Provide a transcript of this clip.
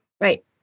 Right